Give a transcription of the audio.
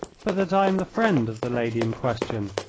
but that i am the friend of the lady in question,